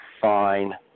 fine